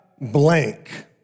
blank